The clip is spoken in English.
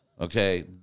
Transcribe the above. Okay